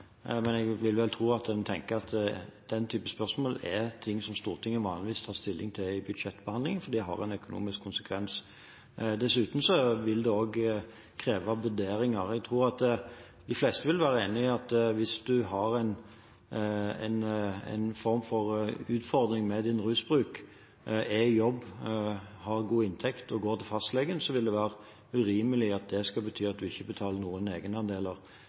Men jeg vil vel tro at en tenker at den typen spørsmål er noe som Stortinget vanligvis tar stilling til i budsjettbehandlingen, fordi det har en økonomisk konsekvens. Dessuten vil det også kreve vurderinger. Jeg tror de fleste vil være enig i at hvis man har en form for utfordring med rusbruk, men er i jobb, har god inntekt og går til fastlegen, vil det være urimelig at det skal bety at man ikke betaler noen